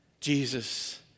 Jesus